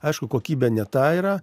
aišku kokybė ne ta yra